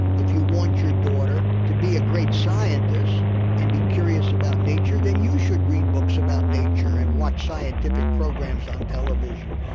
if you want your daughter to be a great scientist and be curious about nature, then you should read books about nature and watch scientific programs on television.